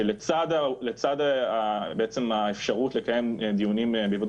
שלצד האפשרות לקיים דיונים בהיוועדות